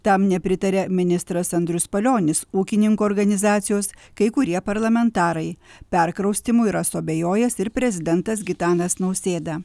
tam nepritaria ministras andrius palionis ūkininkų organizacijos kai kurie parlamentarai perkraustymu yra suabejojęs ir prezidentas gitanas nausėda